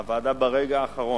הוועדה, ברגע האחרון,